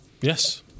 Yes